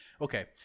Okay